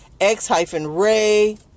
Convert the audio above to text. X-ray